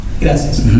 Gracias